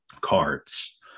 cards